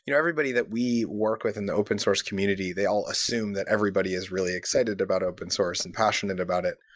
you know everybody that we work with in the open source community, they all assume that everybody is really excited about open-source and passionate about it,